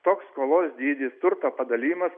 toks skolos dydis turto padalijimas